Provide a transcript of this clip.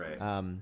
Right